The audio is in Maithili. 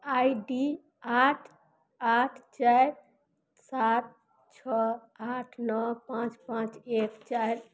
आइ डी आठ आठ चारि सात छओ आठ नओ पाँच पाँच एक चारि